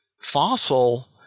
Fossil